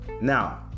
Now